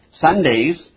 Sundays